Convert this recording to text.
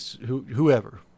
whoever